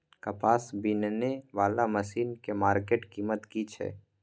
कपास बीनने वाला मसीन के मार्केट कीमत की छै?